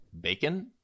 bacon